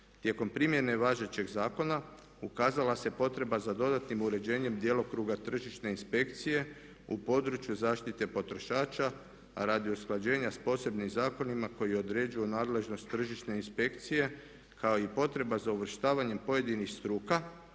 Tijekom primjene važećeg zakona ukazala se potreba za dodatnim uređenjem djelokruga tržišne inspekcije u području zaštite potrošača, a radi usklađenja sa posebnim zakonima koji određuju nadležnost tržišne inspekcije kao i potreba za uvrštavanjem pojedinih struka